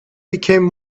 became